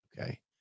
Okay